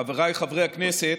חבריי חברי הכנסת,